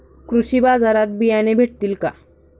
कृषी बाजारात बियाणे भेटतील का?